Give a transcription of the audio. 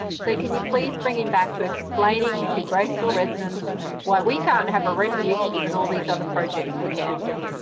so, can you please bring him back to explaining to graceville residents why we can't have a refuge, given all these other projects were cancelled?